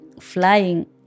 flying